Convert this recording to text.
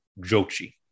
Jochi